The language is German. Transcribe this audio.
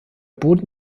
boden